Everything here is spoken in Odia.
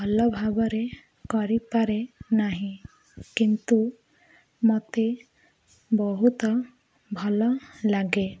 ଭଲ ଭାବରେ କରିପାରେ ନାହିଁ କିନ୍ତୁ ମୋତେ ବହୁତ ଭଲ ଲାଗେ